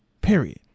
period